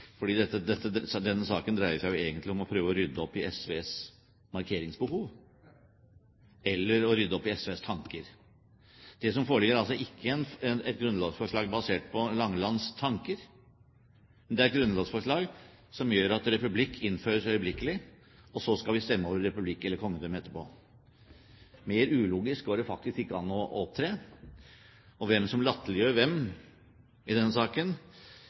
denne saken dreier seg jo egentlig om å prøve å rydde opp i SVs markeringsbehov, eller å rydde opp i SVs tanker. Det som foreligger, er altså ikke et grunnlovsforslag basert på Langelands tanker, men det er et grunnlovsforslag som gjør at republikk innføres øyeblikkelig, og så skal vi stemme over republikk eller kongedømme etterpå. Mer ulogisk går det faktisk ikke an å opptre. Hvem som latterliggjør hvem i